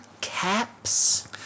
caps